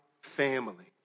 family